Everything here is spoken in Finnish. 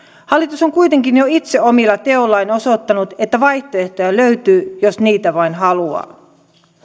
hallitus on kuitenkin jo itse omilla teoillaan osoittanut että vaihtoehtoja löytyy jos niitä vain haluaa